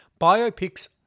biopics